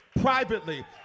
privately